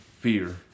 fear